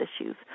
issues